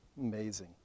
Amazing